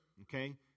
okay